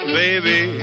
baby